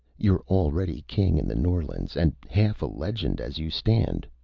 you're already king in the norlands, and half a legend as you stand.